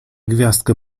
gwiazdkę